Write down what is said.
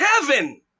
heaven